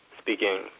speaking